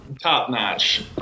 top-notch